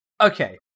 Okay